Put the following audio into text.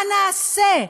מה נעשה?